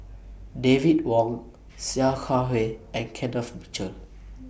David Wong Sia Kah Hui and Kenneth Mitchell